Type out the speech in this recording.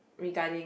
regarding